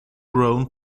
grown